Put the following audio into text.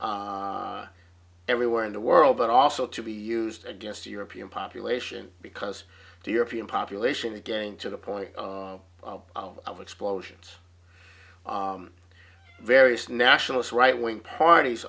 used everywhere in the world but also to be used against the european population because the european population again to the point of explosions various nationalist right wing parties